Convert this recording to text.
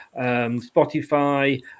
Spotify